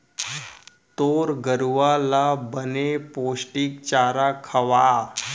तोर गरूवा ल बने पोस्टिक चारा खवा